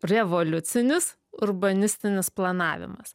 revoliucinis urbanistinis planavimas